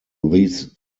these